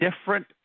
different